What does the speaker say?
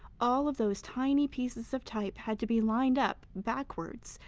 all of those tiny pieces of type had to be lined up, backwards,